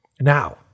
Now